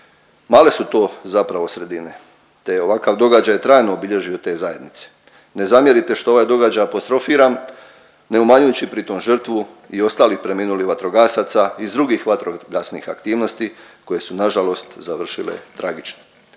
Male su to zapravo sredine te ovakav događaj trajno obilježio te zajednice. Ne zamjerite što ovaj događaj apostrofiram ne umanjujući pritom žrtvu i ostalih preminulih vatrogasaca iz drugih vatrogasnih aktivnosti koje su nažalost završile tragično.